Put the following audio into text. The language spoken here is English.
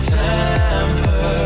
temper